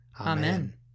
Amen